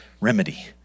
remedy